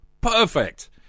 Perfect